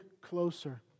closer